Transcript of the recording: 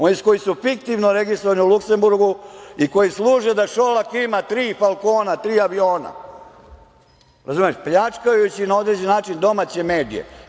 Oni koji su fiktivno registrovani u Luksemburgu i koji služe da Šolak ima tri falkona, tri aviona, pljačkajući na određeni način domaće medije.